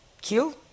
kill